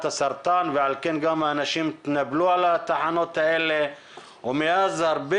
הסרטן ולכן האנשים גם התנפלו על התחנות האלה ומאז הרבה